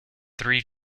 three